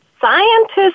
scientists